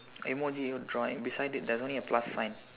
emoji drawing beside it there's only a plus sign